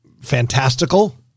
fantastical